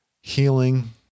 healing